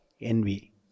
envy